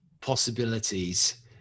possibilities